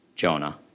Jonah